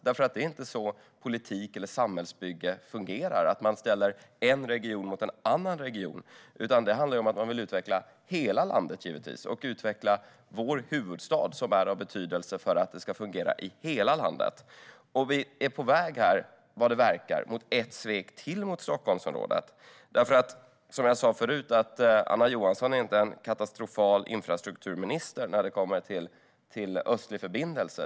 Det är inte så politik eller samhällsbygge fungerar, att man ställer en region mot en annan region, utan det handlar om att man vill utveckla hela landet - och vår huvudstad, som är av betydelse för att det ska fungera i hela landet. Vi är vad det verkar på väg mot ett svek till mot Stockholmsområdet. Som jag sa förut är Anna Johansson inte en katastrofal infrastrukturminister när det handlar om en östlig förbindelse.